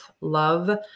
love